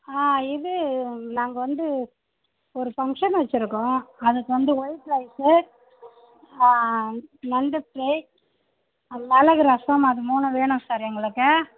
ஆ இது நாங்கள் வந்து ஒரு ஃபங்க்ஷன் வெச்சுருக்கோம் அதுக்கு வந்து ஒயிட் ரைஸு நண்டு ஃப்ரை மிளகு ரசம் அது மூணும் வேணும் சார் எங்களுக்கு